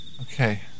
Okay